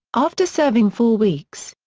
after serving four weeks.